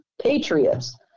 patriots